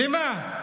למה?